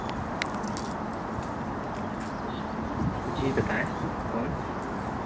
ई जी बताएँ कौन